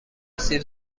سیب